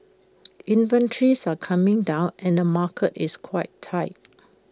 inventories are coming down and market is quite tight